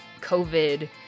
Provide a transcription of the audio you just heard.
COVID